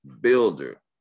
builder